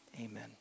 amen